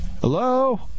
Hello